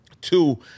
Two